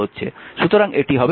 সুতরাং এটি হবে v iR